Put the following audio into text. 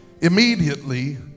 immediately